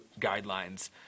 guidelines